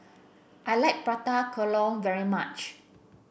I like prata kelur very much